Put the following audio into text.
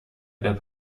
باید